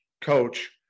coach